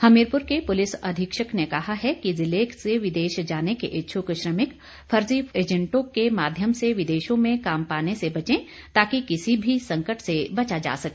हमीरपुर के पुलिस अधीक्षक ने कहा है कि जिले से विदेश जाने के इच्छुक श्रमिक फर्जी एजेंटों के माध्यम से विदेशों मे काम पाने से बचें ताकि किसी भी संकट से बचा जा सके